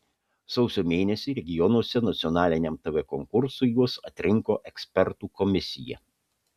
sausio mėnesį regionuose nacionaliniam tv konkursui juos atrinko ekspertų komisija